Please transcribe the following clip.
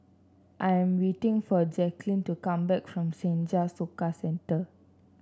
I'm waiting for Jacqulyn to come back from Senja Soka Centre